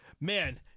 man